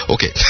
Okay